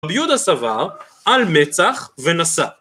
רבי יהודה סבר, על מצח ונשא.